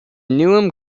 newnham